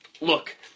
look